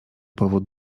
powód